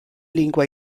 lingua